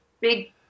big